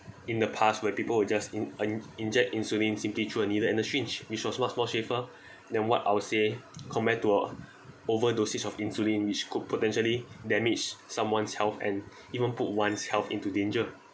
in the past where people will just in~ in~ inject insulin simply through a needle and exchange which was much more safer than what I will say compared to a overdosage of insulin which could potentially damaged someone's health and even put one's health into danger